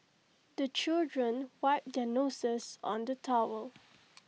the children wipe their noses on the towel